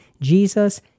Jesus